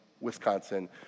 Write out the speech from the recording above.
Wisconsin